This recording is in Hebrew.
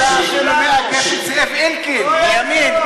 אתה מאגף את זאב אלקין מימין.